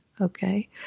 okay